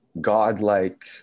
godlike